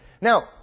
Now